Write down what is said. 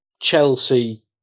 Chelsea